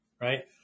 right